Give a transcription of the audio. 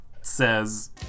says